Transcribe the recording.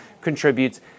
contributes